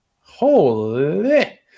Holy –